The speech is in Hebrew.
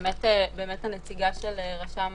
הנציגה של רשם